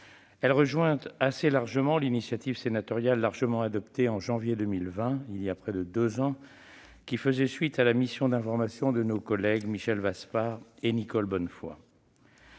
Elle rejoint assez largement l'initiative sénatoriale, largement adoptée en janvier 2020, il y a près de deux ans, qui faisait suite à la mission d'information menée par nos collègues Michel Vaspart et Nicole Bonnefoy.